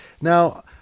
Now